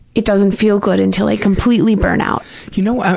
it doesn't feel good until i completely burn out. you know,